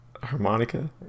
harmonica